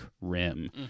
Rim